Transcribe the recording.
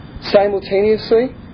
simultaneously